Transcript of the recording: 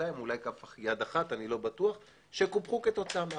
ידיים אולי כף יד אחת, שקופחו מאותה החלטה,